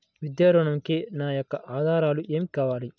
విద్యా ఋణంకి నా యొక్క ఆధారాలు ఏమి కావాలి?